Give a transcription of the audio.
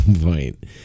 point